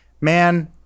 man